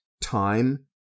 time